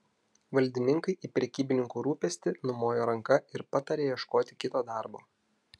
valdininkai į prekybininkų rūpestį numoja ranka ir pataria ieškoti kito darbo